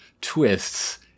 twists